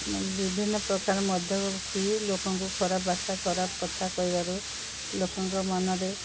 ବିଭିନ୍ନପ୍ରକାର ମଦ୍ୟପ ପିଇ ଲୋକଙ୍କୁ ଖରାପ ଭାଷା ଖରାପ କଥା କହିବାରୁ ଲୋକଙ୍କ ମନରେ